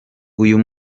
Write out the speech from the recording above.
uyu